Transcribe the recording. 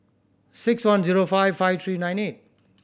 six one zero five five three nine eight